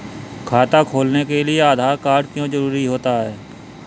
खाता खोलने के लिए आधार कार्ड क्यो जरूरी होता है?